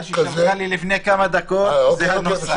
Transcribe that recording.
מה שלחה לי לפני כמה דקות --- טוב מאוד,